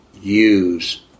use